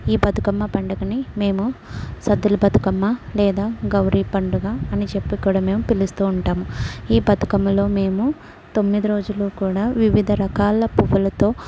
ఈ బతుకమ్మ పండగని మేము సద్దుల బతుకమ్మ లేదా గౌరీ పండుగ అని చెప్పి ఇక్కడ మేము పిలుస్తూ ఉంటాము నీ బతుకమ్మలో మేము తొమ్మిది రోజులు కూడా వివిధ రకాల పువ్వులతో